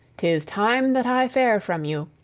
tis time that i fare from you.